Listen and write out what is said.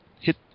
hit